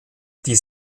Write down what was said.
die